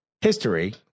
history